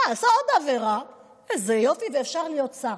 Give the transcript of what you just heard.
עשה עוד עבירה, ואיזה יופי, אפשר להיות שר.